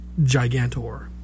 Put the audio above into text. Gigantor